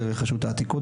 דרך רשות העתיקות,